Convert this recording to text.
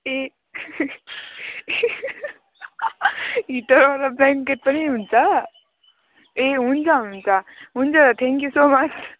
ए हिटरवाला ब्ल्याङ्केट पनि हुन्छ ए हुन्छ हुन्छ हुन्छ थ्याङ्क यु सो मच